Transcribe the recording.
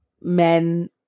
men